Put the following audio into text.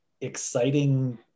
exciting